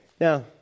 Now